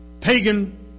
pagan